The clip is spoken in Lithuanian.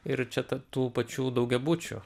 ir čia ta tų pačių daugiabučių